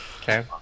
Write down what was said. Okay